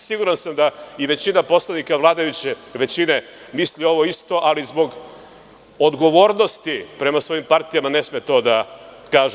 Siguran sam da i većina poslanika vladajuće većine misli ovo isto, ali zbog odgovornosti prema svojim partijama ne sme to da kaže.